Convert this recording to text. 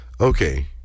okay